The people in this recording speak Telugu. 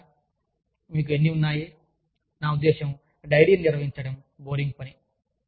మీకు తెలుసా లేదా మీకు ఎన్ని ఉన్నాయి నా ఉద్దేశ్యం డైరీని నిర్వహించడం బోరింగ్ పని